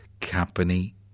company